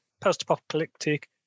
Post-apocalyptic